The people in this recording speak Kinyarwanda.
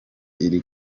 iri